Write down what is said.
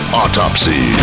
autopsy